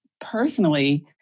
personally